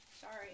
Sorry